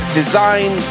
design